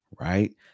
right